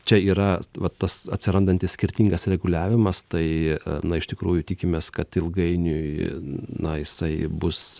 čia yra vat tas atsirandantis skirtingas reguliavimas tai na iš tikrųjų tikimės kad ilgainiui na jisai bus